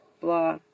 Blah